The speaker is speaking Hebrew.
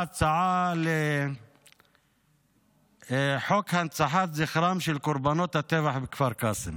הצעת חוק להנצחת זכרם של קורבנות הטבח בכפר קאסם.